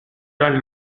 gran